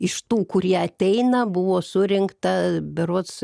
iš tų kurie ateina buvo surinkta berods